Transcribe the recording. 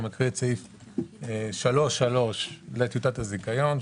אני מקריא סעיף 3(3) לטיוטת הזיכיון,